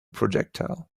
projectile